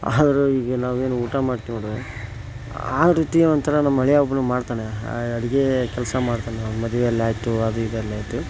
ಆದರೂ ಈಗ ನಾವೇನು ಊಟ ಮಾಡ್ತೀವಿ ನೊಡು ಆ ವೃತ್ತಿ ಒಂಥರಾ ನಮ್ಮ ಅಳಿಯ ಒಬ್ಬನು ಮಾಡ್ತಾನೆ ಅಡುಗೆ ಕೆಲಸ ಮಾಡ್ತಾನೆ ಅವ್ನು ಮದುವೆಯಲ್ಲಾಯ್ತು ಅದಿದೆಲ್ಲ ಆಯಿತು